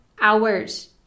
hours